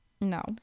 No